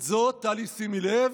"את זאת" טלי, שימי לב,